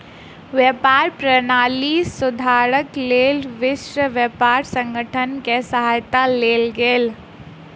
व्यापार प्रणाली सुधारक लेल विश्व व्यापार संगठन के सहायता लेल गेल